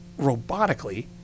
robotically